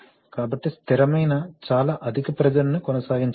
కాబట్టి స్థిరమైన చాలా అధిక ప్రెషర్ ని కూడా కొనసాగించలేము